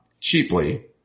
cheaply